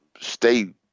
stay